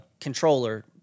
controller